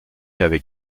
avait